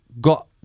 got